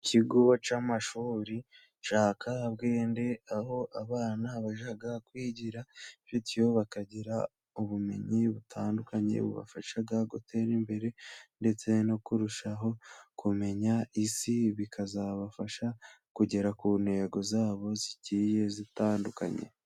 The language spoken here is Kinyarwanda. Ikigo cy'amashuri cya Kabwende aho abana bashaka kwigira videwo bakagira ubumenyi butandukanye bubafasha gutera imbere ndetse no kurushaho kumenya isi bikazabafasha kugera ku ntego zabo zigiye zitandukanye.